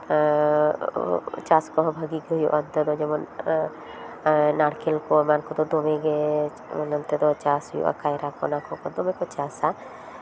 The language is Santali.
ᱪᱟᱥ ᱠᱚᱦᱚᱸ ᱵᱷᱟᱹᱜᱮ ᱜᱮ ᱦᱩᱭᱩᱜᱼᱟ ᱚᱱᱛᱮ ᱫᱚ ᱡᱮᱢᱚᱱ ᱱᱟᱲᱠᱮᱞ ᱠᱚ ᱮᱢᱟᱱ ᱠᱚᱫᱚ ᱫᱚᱢᱮᱜᱮ ᱚᱱᱛᱮ ᱫᱚ ᱪᱟᱥ ᱦᱩᱭᱩᱜᱼᱟ ᱠᱟᱭᱨᱟ ᱠᱚ ᱚᱱᱟ ᱠᱚ ᱫᱚᱢᱮ ᱠᱚ ᱪᱟᱥᱼᱟ